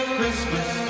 Christmas